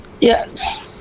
yes